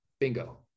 Bingo